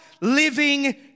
living